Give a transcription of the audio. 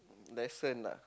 lesson lah